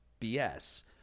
BS